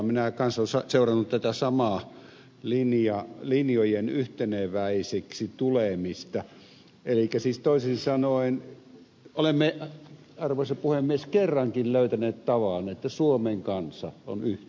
minä olen kanssa seurannut tätä samaa linjojen yhteneväiseksi tulemista elikkä siis toisin sanoen olemme arvoisa puhemies kerrankin löytäneet tavan miten suomen kansa on yhtenäinen